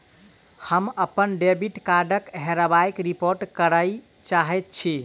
हम अप्पन डेबिट कार्डक हेराबयक रिपोर्ट करय चाहइत छि